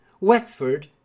Wexford